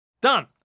Done